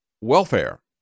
welfare